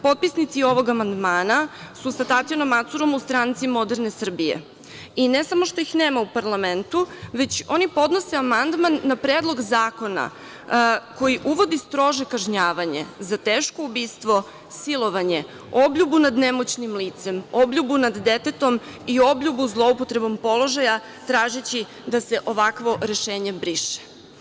Potpisnici ovog amandmana su sa Tatjanom Macurom u stranci moderne Srbije, i ne samo što ih nema u parlamentu, već oni podnose amandman na Predlog zakona koji uvodi strože kažnjavanje za teško ubistvo, silovanje, obljubu nad nemoćnim licem, obljubu nad detetom i obljubu zloupotrebe položaja tražeći da se ovakvo rešenje briše.